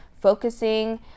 focusing